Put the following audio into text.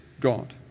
God